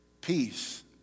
Peace